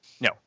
no